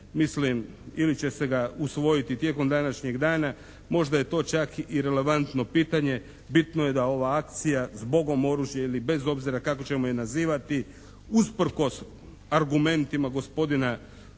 mislim ili će se ga usvojiti tijekom današnjeg dana možda je to čak i relevantno pitanje, bitno je da ova akcija "Zbogom, oružja!" ili bez obzira kako ćemo je nazivati usprkos argumentima gospodina